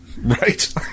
Right